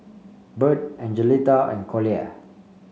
Bird Angelita and Collier